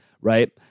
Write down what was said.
Right